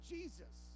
Jesus